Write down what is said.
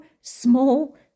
small